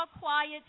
quiet